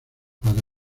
para